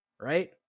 right